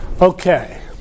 Okay